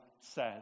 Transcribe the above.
says